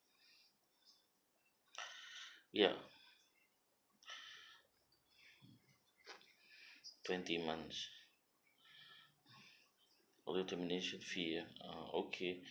ya twenty month okay termination fee ah uh okay